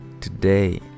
Today